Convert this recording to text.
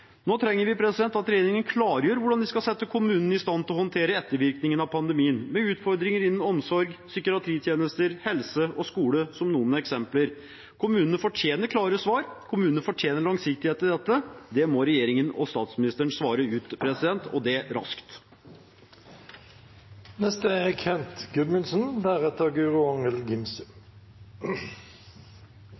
Nå trenger vi at regjeringen klargjør hvordan de skal sette kommunene i stand til å håndtere ettervirkningen av pandemien, med utfordringer innen omsorg, psykiatritjenester, helse og skole som noen eksempler. Kommunene fortjener klare svar. Kommunene fortjener langsiktighet i dette. Det må regjeringen og statsministeren svare ut, og det raskt.